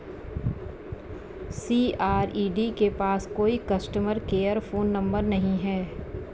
CRED के पास कोई कस्टमर केयर फोन नंबर नहीं है